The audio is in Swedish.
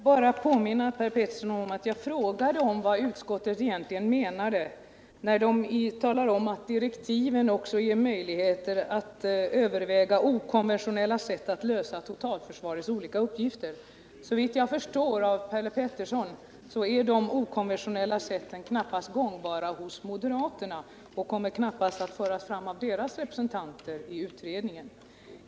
Herr talman! Får jag bara påminna Per Petersson om att jag har frågat vad utskottet egentligen menar när man talar om att direktiven också ger möjligheter att överväga ”okonventionella sätt” att lösa totalförsvarets olika uppgifter. Såvitt jag förstår är dessa ”okonventionella sätt ” knappast gångbara hos moderaterna och kommer inte att föras fram av deras representanter i kommittén.